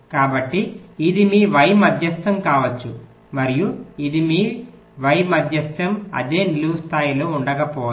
కాబట్టి ఇది మీ y మధ్యస్థం కావచ్చు మరియు ఇది మీ y మధ్యస్థం అదే నిలువు స్థాయిలో ఉండకపోవచ్చు